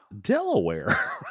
Delaware